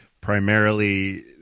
primarily